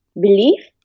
belief